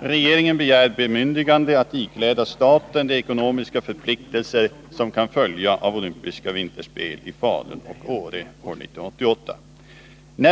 Regeringen begär riksdagens bemyndigande att ikläda staten de ekonomiska förpliktelser som kan följa av olympiska vinterspel i Falun och Åre år 1988.